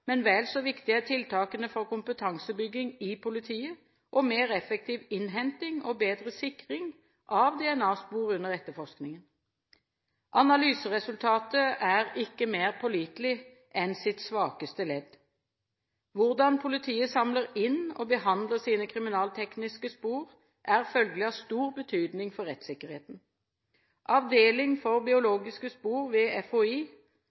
men vel så viktige er tiltakene for kompetansebygging i politiet og mer effektiv innhenting og bedre sikring av DNA-spor under etterforskningen. Analyseresultatet er ikke mer pålitelig enn sitt svakeste ledd. Hvordan politiet samler inn og behandler sine kriminaltekniske spor, er følgelig av stor betydning for rettssikkerheten. Avdeling for biologiske spor ved